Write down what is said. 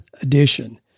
edition